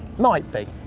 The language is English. might be.